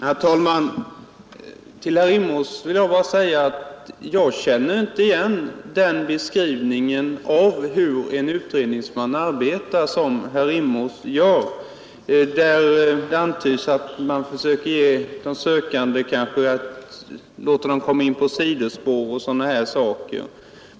Herr talman! Till herr Rimås vill jag bara säga att jag inte känner igen den beskrivning av hur en utredningsman arbetar som herr Rimås gav och där det antyds att utredningsmannen låter den sökande komma in på sidospår och liknande saker.